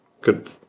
good